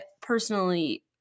Personally